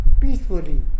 peacefully